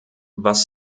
was